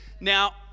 now